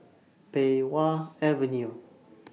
Pei Wah Avenue